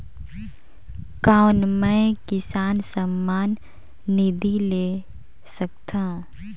कौन मै किसान सम्मान निधि ले सकथौं?